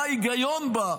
מה ההיגיון בה,